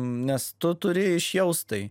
nes tu turi išjaust tai